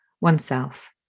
oneself